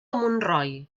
montroi